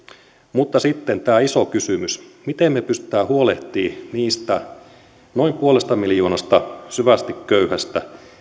mutta sitten tämä iso kysymys miten me pystymme huolehtimaan niistä noin puolesta miljoonasta syvästi köyhästä